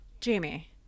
Jamie